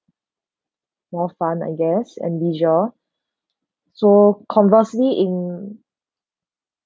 more fun I guess and leisure so conversely in